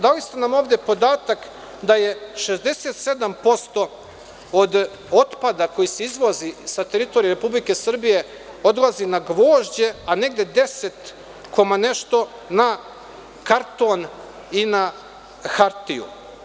Dali ste nam ovde podatak da je 67% od otpada koji se izvozi sa teritorije Republike Srbije odlazi na gvožđe, a negde 10 koma nešto na karton i na hartiju.